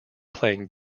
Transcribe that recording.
playing